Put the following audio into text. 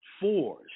Four